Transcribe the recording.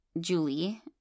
Julie